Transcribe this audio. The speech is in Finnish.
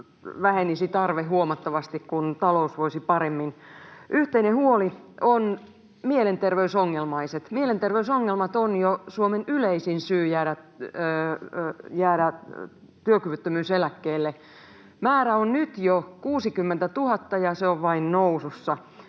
vähenisi huomattavasti, kun talous voisi paremmin. Yhteinen huoli ovat mielenterveysongelmaiset. Mielenterveysongelmat ovat jo Suomen yleisin syy jäädä työkyvyttömyyseläkkeelle. Määrä on nyt jo 60 000, ja se on vain nousussa.